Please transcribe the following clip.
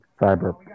Cyber